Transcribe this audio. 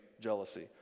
jealousy